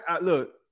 look